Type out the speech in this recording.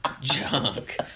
Junk